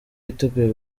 yiteguye